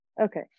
Okay